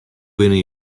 binne